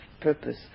purpose